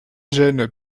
jeunes